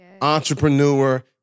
entrepreneur